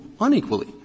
unequally